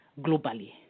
globally